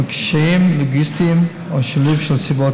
קשיים לוגיסטיים או שילוב של סיבות